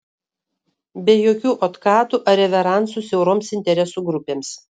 be jokių otkatų ar reveransų siauroms interesų grupėms